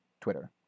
Twitter